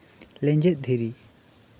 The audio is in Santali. ᱞᱮᱸᱡᱮᱛ ᱫᱷᱤᱨᱤ